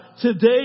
today